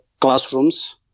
classrooms